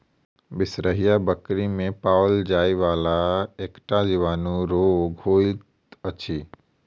बिसरहिया बकरी मे पाओल जाइ वला एकटा जीवाणु रोग होइत अछि